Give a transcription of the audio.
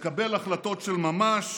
לקבל החלטות של ממש,